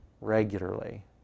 regularly